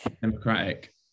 Democratic